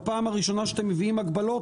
בפעם הראשונה שאתם מביאים הגבלות,